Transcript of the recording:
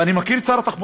ואני מכיר את שר התחבורה.